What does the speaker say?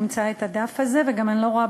אני אמצא את הדף הזה וגם אני לא רואה